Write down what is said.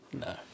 No